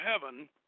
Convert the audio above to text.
heaven